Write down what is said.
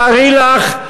תתארי לך,